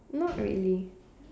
not really